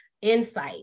Insight